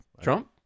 Trump